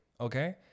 okay